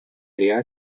area